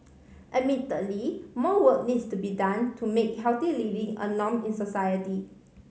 admittedly more work needs to be done to make healthy living a norm in society